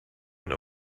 been